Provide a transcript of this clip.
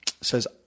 says